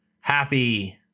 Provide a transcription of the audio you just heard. happy